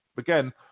Again